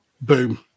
boom